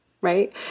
right